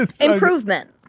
Improvement